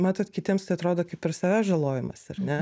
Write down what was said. matot kitiems tai atrodo kaip ir savęs žalojimas ar ne